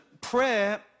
prayer